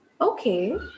okay